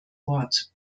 wort